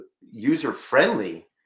user-friendly